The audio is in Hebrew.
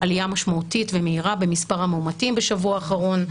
עלייה משמעותית ומהירה במספר המאומתים בשבוע האחרון,